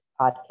podcast